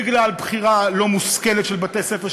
בגלל בחירה לא מושכלת של בתי-ספר.